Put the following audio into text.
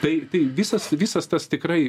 tai tai visas visas tas tikrai